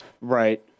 right